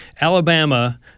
Alabama